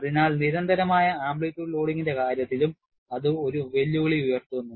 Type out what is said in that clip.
അതിനാൽ നിരന്തരമായ ആംപ്ലിറ്റ്യൂഡ് ലോഡിംഗിന്റെ കാര്യത്തിലും അത് ഒരു വെല്ലുവിളി ഉയർത്തുന്നു